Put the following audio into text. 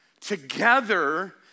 Together